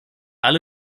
alle